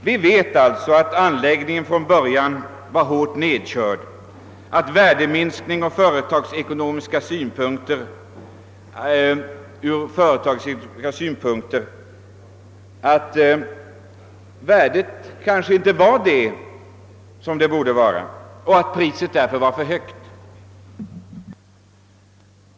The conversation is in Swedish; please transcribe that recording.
Vi vet alltså att anläggningen från början var hårt nedkörd, att värdet ur företagsekonomiska synpunkter kanske inte var så högt som det borde vara och att priset möjligen var för högt.